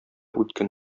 үткен